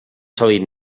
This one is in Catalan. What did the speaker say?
sòlid